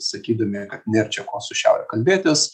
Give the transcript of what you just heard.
sakydami kad nėr čia ko su šiaure kalbėtis